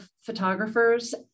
photographers